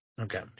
Okay